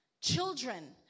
Children